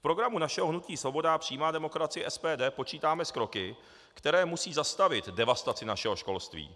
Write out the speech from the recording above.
V programu našeho hnutí Svoboda a přímá demokracie SPD počítáme s kroky, které musí zastavit devastaci našeho školství.